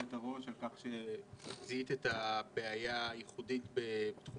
על שזיהית את הבעיה הייחודית בתחום